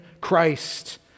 Christ